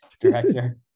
director